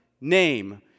name